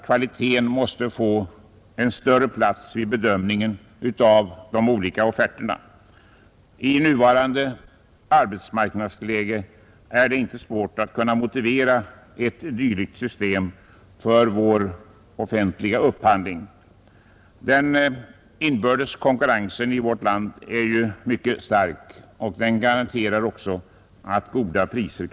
Kvaliteten måste därför få en större plats vid bedömningen av de olika offerterna. I nuvarande arbetsmarknadsläge är det inte svårt att motivera ett dylikt system för vår offentliga upphandling. Den inbördes konkurrensen i landet är ju mycket stark, och den garanterar också goda priser.